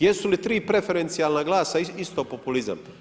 Jesu li 3 preferencijalna glasa isto populizam?